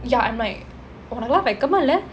ya I'm like உனக்கெல்லாம் வெக்கமா இல்ல:unakkellam vekkama ille